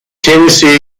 tennessee